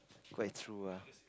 quite true ah